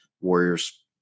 Warriors